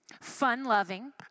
fun-loving